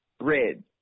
Red